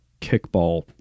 kickball